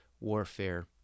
warfare